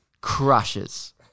Crushes